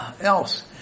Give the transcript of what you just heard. else